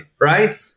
right